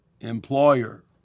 Employer